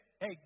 hey